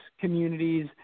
communities